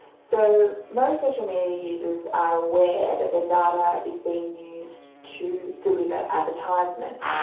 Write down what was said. so most social media users are aware that their data is being used to deliver advertisements,